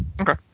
Okay